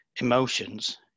emotions